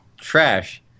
trash